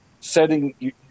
setting